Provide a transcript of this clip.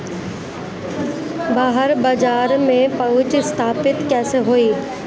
बाहर बाजार में पहुंच स्थापित कैसे होई?